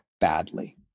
badly